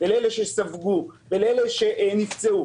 לאלה שספגו ולאלה שנפצעו?